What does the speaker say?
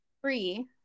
free